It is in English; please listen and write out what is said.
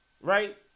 Right